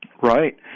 Right